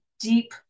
deep